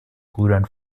brüdern